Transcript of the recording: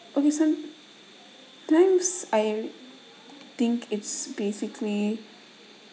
okay some times I think it's basically